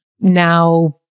now